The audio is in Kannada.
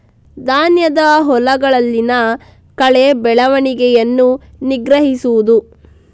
ಧಾನ್ಯದ ಹೊಲಗಳಲ್ಲಿನ ಕಳೆ ಬೆಳವಣಿಗೆಯನ್ನು ನಿಗ್ರಹಿಸುವುದು